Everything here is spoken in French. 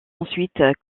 ensuite